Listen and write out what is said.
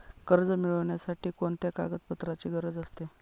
कर्ज मिळविण्यासाठी कोणत्या कागदपत्रांची गरज असते?